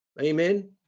Amen